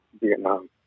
Vietnam